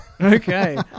Okay